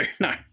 no